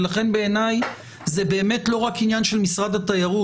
ולכן בעיניי זה לא רק עניין של משרד התיירות.